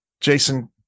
jason